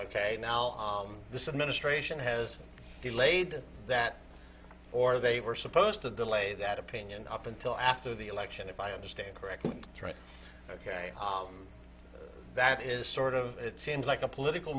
ok now this administration has delayed that or they were supposed to delay that opinion up until after the election if i understand correctly ok that is sort of it seems like a political